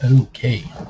Okay